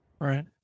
Right